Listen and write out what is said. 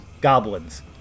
goblins